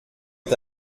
est